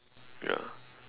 ya